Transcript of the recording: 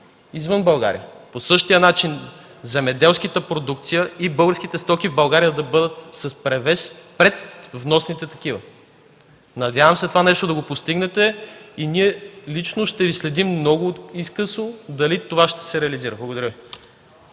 извън България. По същия начин земеделската продукция и българските стоки в България да бъдат с превес пред вносните такива. Надявам се да постигнете това нещо, а ние лично ще Ви следим много изкъсо дали ще се реализира. Благодаря.